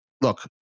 Look